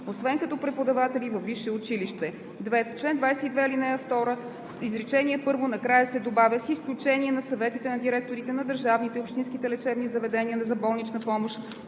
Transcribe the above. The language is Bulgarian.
освен като преподаватели във висше училище.“ 2. В чл. 22, ал. 2, изречение първо накрая се добавя „с изключение на съветите на директорите на държавните и общинските лечебни заведения за болнична помощ,